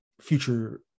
future